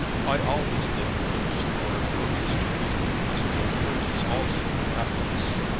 i always think that those who are impervious to grief must be impervious also to happiness.